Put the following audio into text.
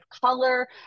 color